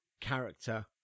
character